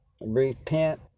Repent